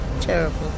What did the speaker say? terrible